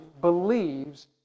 believes